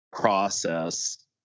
process